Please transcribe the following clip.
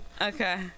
Okay